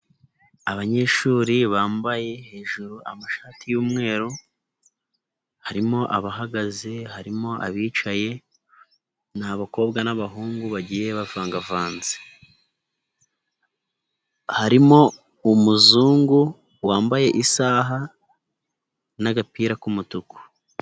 Abanyeshuri bambaye hejuru amashati y'umweru, harimo abahagaze harimo abicaye, ni abakobwa n'abahungu bagiye bavangavanze, harimo umuzungu wambaye isaha n'agapira k'umutuku.